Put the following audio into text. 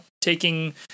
taking